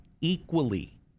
equally